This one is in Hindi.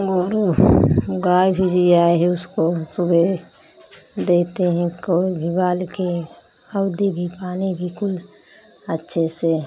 गोरू गाय भी जियाए है उसको हम सवेरे देते हैं कोय भी बाल के हउदी भी पानी भी कुल अच्छे से